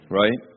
right